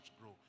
grow